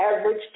average